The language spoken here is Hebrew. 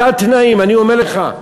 תת-תנאים, אני אומר לך.